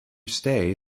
stay